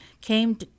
came